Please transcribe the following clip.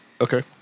okay